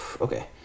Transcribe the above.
Okay